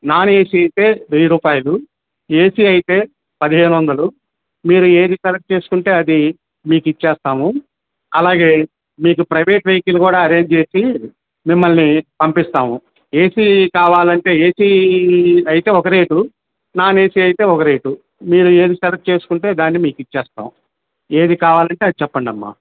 non AC అయితే వెయ్యి రూపాయలు ఏసీ అయితే పదిహేనొందలు మీరు ఏది సెలెక్ట్ చేసుకుంటే అది మీకు ఇచ్చేస్తాము అలాగే మీకు ప్రైవేట్ వెహికల్ కూడా అరేంజ్ చేసి మిమ్మల్ని పంపిస్తాము ఏసీ కావాలంటే ఏసీ అయితే ఒక రేటు నాన్ ఏసీ అయితే ఒక రేటు మీరు ఏది సెలెక్ట్ చేసుకుంటే దాన్ని మీకు ఇచ్చేస్తాము ఏది కావాలంటే అది చెప్పండమ్మా